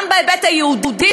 גם בהיבט היהודי,